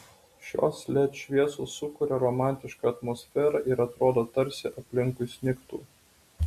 šios led šviesos sukuria romantišką atmosferą ir atrodo tarsi aplinkui snigtų